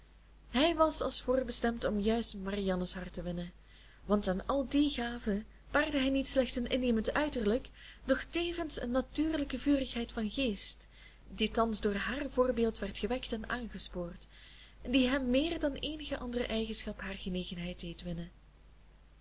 hij was als voorbestemd om juist marianne's hart te winnen want aan al die gaven paarde hij niet slechts een innemend uiterlijk doch tevens een natuurlijke vurigheid van geest die thans door hààr voorbeeld werd gewekt en aangespoord en die hem meer dan eenige andere eigenschap haar genegenheid deed winnen